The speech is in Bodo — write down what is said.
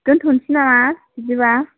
दोनथनोसै नामा बिदिबा